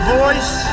voice